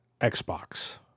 Xbox